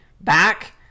back